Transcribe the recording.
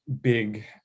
big